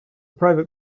private